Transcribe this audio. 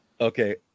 Okay